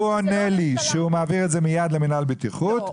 והוא עונה לי שהוא מעביר את זה מיד למינהל הבטיחות,